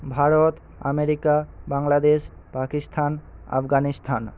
Bharat America Bangladesh Pakistan Afghanistan